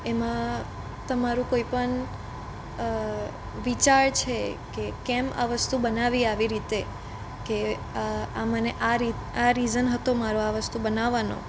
એમાં તમારું કોઈપણ વિચાર છે કે કેમ આ વસ્તુ બનાવી આવી રીતે કે આ મને આ આ રીઝન હતો મારો આ વસ્તુ બનાવવાનો